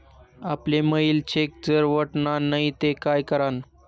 आपले मियेल चेक जर वटना नै ते काय करानं?